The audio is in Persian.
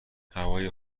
هوای